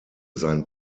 seinen